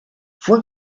fue